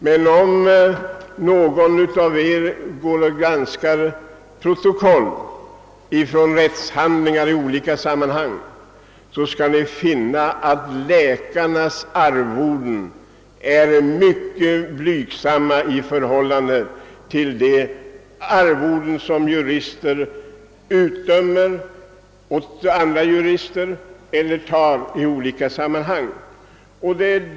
Men om någon av er granskar protokoll från rättshandlingar skall ni finna att läkarnas arvoden är mycket blygsamma i förhållande till de arvoden som jurister utdömer åt varandra eller själva betingar sig.